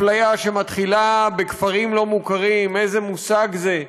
אפליה שמתחילה בכפרים לא מוכרים, איזה מושג זה?